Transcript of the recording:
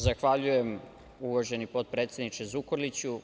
Zahvaljujem, uvaženi potpredsedniče Zukorliću.